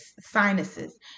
sinuses